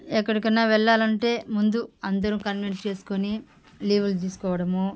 ఎక్కడికన్నా వెళ్లాలంటే ముందు అందరూ కన్వీనెంట్ చేసుకొని లీవ్లు తీసుకోవడము